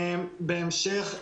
בהמשך,